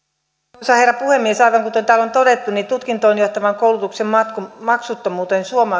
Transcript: arvoisa herra puhemies aivan kuten täällä on todettu tutkintoon johtavan koulutuksen maksuttomuudesta